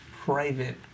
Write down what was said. private